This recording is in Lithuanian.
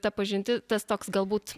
ta pažinti tas toks galbūt